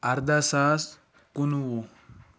اَرداہ ساس کُنوُہ